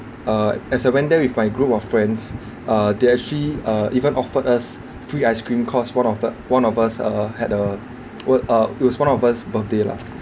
uh as I went there with my group of friends uh they actually uh even offered us free ice cream cause one of u~ one of us uh had a wo~ uh it was one of us birthday lah